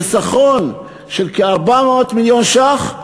חיסכון של כ-400 מיליון ש"ח,